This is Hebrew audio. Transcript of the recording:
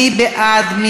מי בעד?